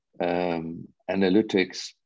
analytics